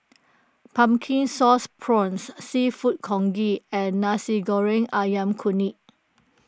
Pumpkin Sauce Prawns Seafood Congee and Nasi Goreng Ayam Kunyit